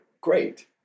great